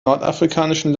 nordafrikanischen